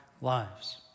lives